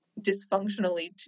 dysfunctionally